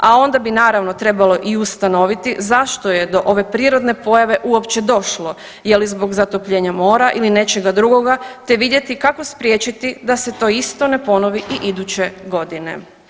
A onda bi naravno trebalo i ustanoviti zašto je do ove prirodne pojave uopće došlo je li zbog zatopljenja mora ili nečega drugoga te vidjeti kako spriječiti da se to isto ne ponovi i iduće godine.